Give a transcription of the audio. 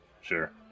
Sure